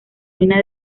ruinas